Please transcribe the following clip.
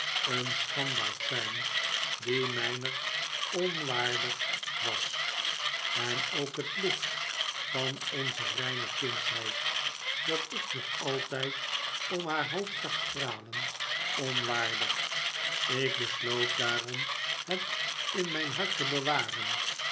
een schanddaad zijn die mijner onwaardig was en ook het licht van onze reine kindsheid dat ik nog altijd om haar hoofd zag stralen onwaardig ik besloot daarom het in mijn hart te bewaren